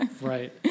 Right